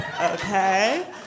okay